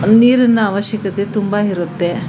ಅಲ್ಲಿ ನೀರಿನ ಅವಶ್ಯಕತೆ ತುಂಬ ಇರುತ್ತೆ